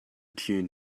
tune